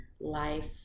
life